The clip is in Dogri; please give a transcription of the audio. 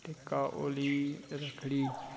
टिक्का होली रक्खड़ी